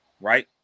right